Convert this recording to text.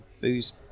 booze